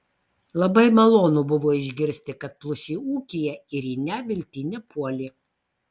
labai malonu buvo išgirsti kad pluši ūkyje ir į neviltį nepuoli